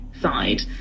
side